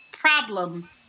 problem